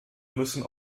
müssen